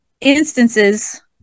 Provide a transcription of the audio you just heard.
instances